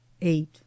eight